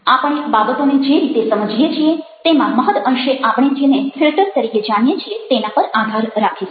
આપણે બાબતોને જે રીતે સમજીએ છીએ તેમાં મહદ અંશે આપણે જેને ફિલ્ટર તરીકે જાણીએ છીએ તેના પર આધાર રાખે છે